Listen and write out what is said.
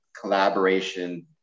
collaboration